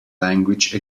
language